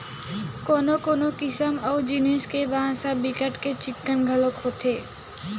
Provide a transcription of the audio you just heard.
कोनो कोनो किसम अऊ जिनिस के बांस ह बिकट के चिक्कन घलोक होथे